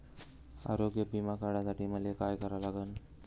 आरोग्य बिमा काढासाठी मले काय करा लागन?